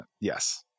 Yes